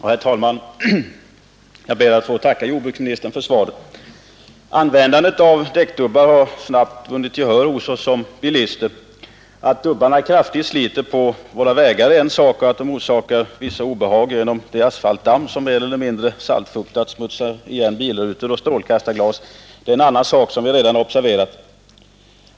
Herr talman! Jag ber att få tacka jordbruksministern för svaret. Användandet av däckdubbar har snabbt vunnit gehör hos oss som bilister. Att dubbarna kraftigt sliter på våra vägar är en sak. Att de orsakar vissa obehag genom det asfaltdamm som mer eller mindre saltfuktat smutsar igen bilrutor och strålkastarglas är en annan sak som vi redan observerat.